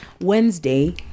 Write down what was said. Wednesday